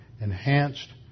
enhanced